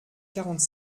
quarante